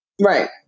right